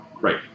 right